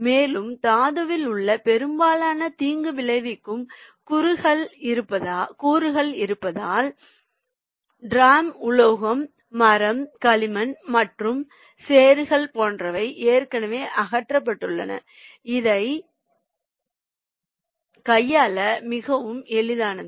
மேலும் தாதுவில் உள்ள பெரும்பாலான தீங்கு விளைவிக்கும் கூறுகள் இருப்பதால் டிராம் உலோகம் மரம் களிமண் மற்றும் சேறுகள் போன்றவை ஏற்கனவே அகற்றப்பட்டுள்ளன அதை கையாள மிகவும் எளிதானது